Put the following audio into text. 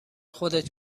خودت